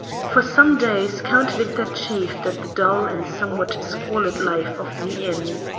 for some days count victor chafed at the dull and somewhat squalid life of the inn.